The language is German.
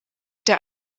der